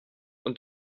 und